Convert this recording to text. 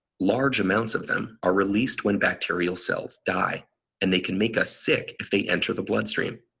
large amounts of them are released when bacterial cells die and they can make us sick if they enter the bloodstream.